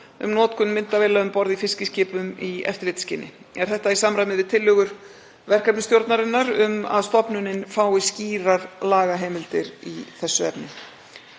um notkun myndavéla um borð í fiskiskipum í eftirlitsskyni. Er þetta í samræmi við tillögur verkefnisstjórnarinnar um að stofnunin fái skýrar lagaheimildir í þessu efni.